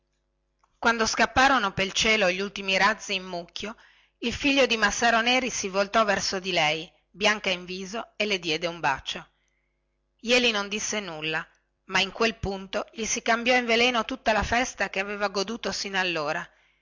quando scapparono pel cielo gli ultimi razzi in folla il figlio di massaro neri si voltò verso di lei verde in viso e le diede un bacio jeli non disse nulla ma in quel punto gli si cambiò in veleno tutta la festa che aveva goduto sin allora